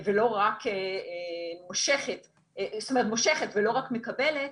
מושכת ולא רק מקבלת,